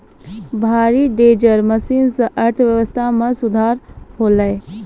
भारी dozer machine सें अर्थव्यवस्था मे सुधार होलय